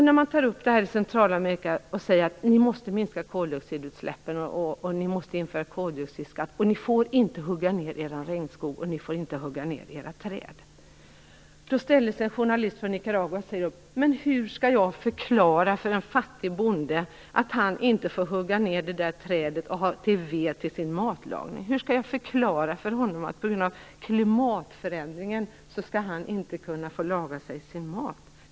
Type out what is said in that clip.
När vi tar upp detta i Centralamerika och säger att de måste minska koldioxidutsläppen, måste införa koldioxidskatt och inte får hugga ned regnskogen och träden, frågar en journalist från Nicaragua: Men hur skall jag förklara för en fattig bonde att han inte får hugga ned ett träd till ved för sin matlagning? Hur skall jag kunna förklara för honom att han på grund av klimatförändringen inte skall få laga sin mat?